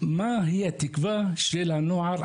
מהי התקווה של הנוער?